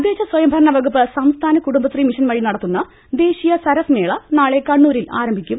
തദ്ദേശ സ്വയംഭരണ വകുപ്പ് സംസ്ഥാന കുടുംബശ്രീ മിഷൻ വഴി നടത്തുന്ന ദേശീയ സരസ് മേള ന്റാളെ കണ്ണൂരിൽ ആരംഭിക്കം